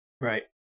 Right